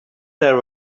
there